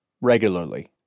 regularly